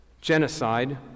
Genocide